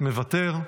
אינה נוכחת,